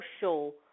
social